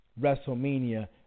Wrestlemania